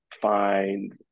find